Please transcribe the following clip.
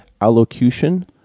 allocution